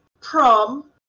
Prom